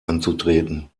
anzutreten